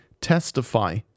testify